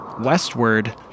westward